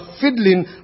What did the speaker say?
fiddling